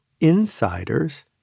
insiders